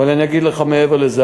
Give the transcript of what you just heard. אבל אני אגיד לך מעבר לזה,